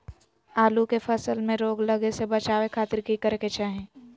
आलू के फसल में रोग लगे से बचावे खातिर की करे के चाही?